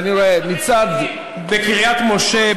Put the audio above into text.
בקריית-משה,